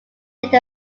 made